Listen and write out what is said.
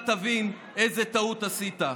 איזו טעות עשית.